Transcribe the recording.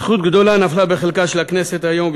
זכות גדולה נפלה בחלקה של הכנסת היום,